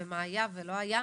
נכון, מה היה ולא היה.